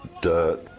dirt